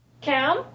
Cam